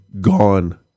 gone